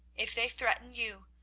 if they threaten you,